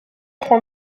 prend